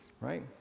Right